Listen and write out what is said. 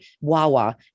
Wawa